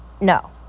no